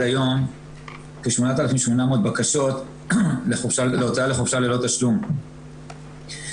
היום כ-8,800 בקשות להוצאה לחופשה ללא תשלום,